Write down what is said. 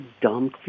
dumb